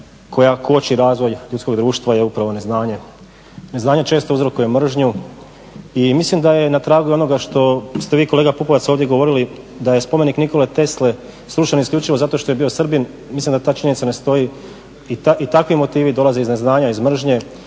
koja koči razvoj ljudskog društva je upravo neznanje. Neznanje često uzrokuje mržnju i mislim da je na tragu onoga što ste vi kolega Pupovac ovdje govorili da je spomenik Nikole Tesle srušen isključivo zato što je bio Srbin, mislim da ta činjenica ne stoji i takvi motivi dolaze iz neznanja iz mržnje